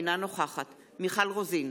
אינה נוכחת מיכל רוזין,